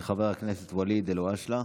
תודה רבה לחבר הכנסת ואליד אלהואשלה.